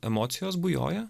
emocijos bujoja